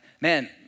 man